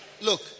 Look